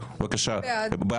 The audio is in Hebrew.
אתה מאוד משכנע.